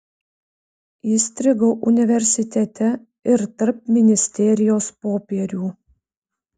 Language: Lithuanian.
įstrigau universitete ir tarp ministerijos popierių